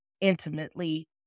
intimately